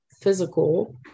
physical